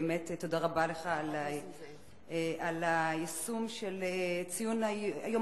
באמת תודה רבה לך על היישום של ציון היום